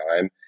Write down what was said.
time